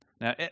Now